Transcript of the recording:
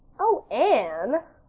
oh, anne,